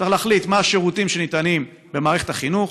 צריך להחליט מה השירותים שניתנים במערכת החינוך,